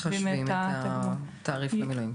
מחשבים את התעריף במילואים.